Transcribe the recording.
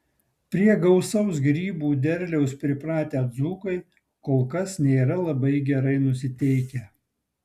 prie gausaus grybų derliaus pripratę dzūkai kol kas nėra labai gerai nusiteikę